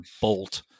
bolt